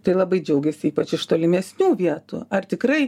tai labai džiaugiasi ypač iš tolimesnių vietų ar tikrai